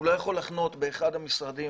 הוא לא יכול לחיות באחד המשרדים,